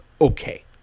okay